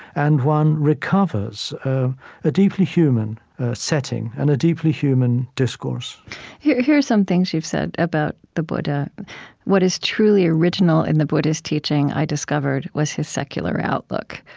and one recovers a deeply human setting and a deeply human discourse here are some things you've said about the buddha what is truly original in the buddha's teaching, i discovered, was his secular outlook.